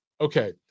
Okay